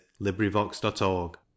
LibriVox.org